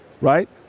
right